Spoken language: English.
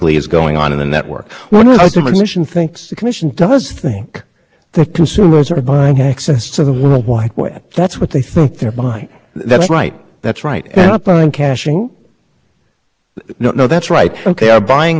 no that's right ok are buying the capability of retrieving information from third party websites you know as to caching the point that i'd like to emphasize is that the commission itself says that caching is an information service even when the content isn't changed as long as